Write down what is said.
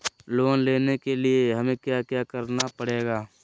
Loan लेने के लिए हमें क्या क्या करना पड़ेगा?